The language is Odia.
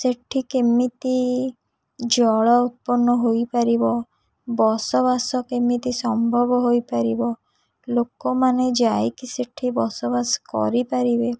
ସେଇଠି କେମିତି ଜଳ ଉତ୍ପନ୍ନ ହୋଇପାରିବ ବସବାସ କେମିତି ସମ୍ଭବ ହୋଇପାରିବ ଲୋକମାନେ ଯାଇକି ସେଇଠି ବସବାସ କରିପାରିବେ